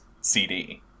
cd